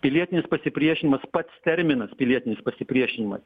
pilietinis pasipriešinimas pats terminas pilietinis pasipriešinimas